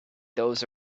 those